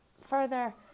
further